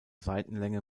seitenlänge